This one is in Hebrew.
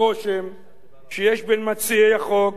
מתעורר אצלי הרושם שיש בין מציעי החוק או תומכיו,